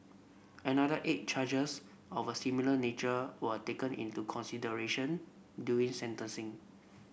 another eight charges of a similar nature were taken into consideration during sentencing